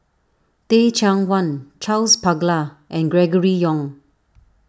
Teh Cheang Wan Charles Paglar and Gregory Yong